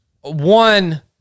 one